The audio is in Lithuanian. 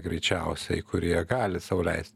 greičiausiai kurie gali sau leist